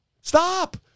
Stop